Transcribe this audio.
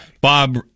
Bob